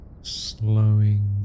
slowing